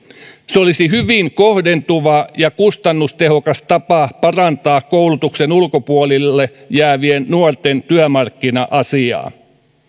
se olisi hyvin kohdentuva ja kustannustehokas tapa parantaa koulutuksen ulkopuolelle jäävien nuorten työmarkkina asemaa